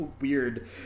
weird